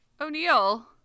O'Neill